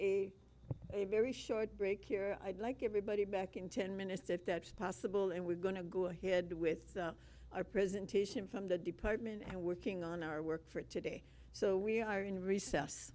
take a very short break here i'd like everybody back in ten minutes if that's possible and we're going to go ahead with our presentation from the department and working on our work for today so we are in recess